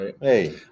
hey